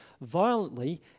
violently